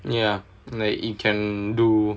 ya like it can do